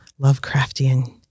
Lovecraftian